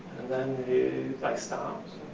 then the like so um